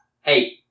Hey